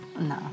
No